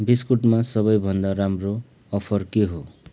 बिस्कुटमा सबैभन्दा राम्रो अफर के हो